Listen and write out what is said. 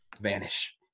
vanish